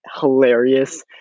hilarious